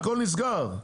הכול נסגר.